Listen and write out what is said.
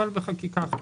אבל בחקיקה אחרת.